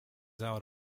out